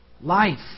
life